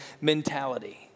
mentality